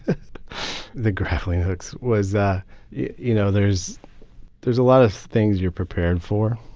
the grappling hooks was ah you know, there's there's a lot of things you're prepared for.